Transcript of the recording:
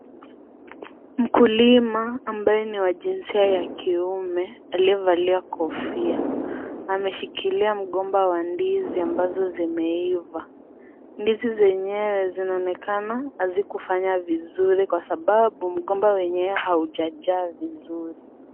Mkulima ambaye niwa jinsia ya kiume aliyevalia kofia. Ameshikilia mgomba wa ndizi ambazo zimeiva. Ndizi zenyewe zinaonekana hazikufanya vizuri kwa sababu mgomba wenyewe haujajaa vizuri.